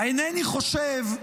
אינני חושב,